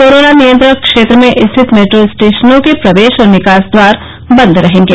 corona नियंत्रण क्षेत्र में स्थित मेट्रो स्टेशनों के प्रवेश और निकास द्वार बंद रहेंगे